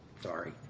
Sorry